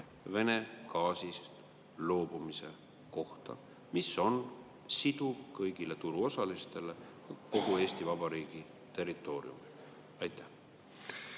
Vene gaasist loobumise kohta, mis oleks siduv kõigile turuosalistele kogu Eesti Vabariigi territooriumil. Aitäh!